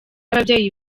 ababyeyi